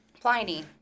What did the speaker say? Pliny